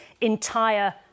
entire